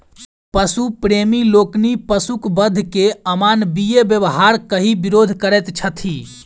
पशु प्रेमी लोकनि पशुक वध के अमानवीय व्यवहार कहि विरोध करैत छथि